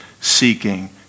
seeking